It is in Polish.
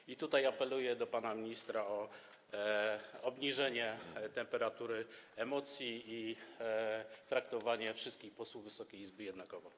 Apeluję tutaj do pana ministra o obniżenie temperatury emocji i traktowanie wszystkich posłów Wysokiej Izby jednakowo.